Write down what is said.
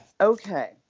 Okay